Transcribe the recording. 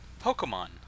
Pokemon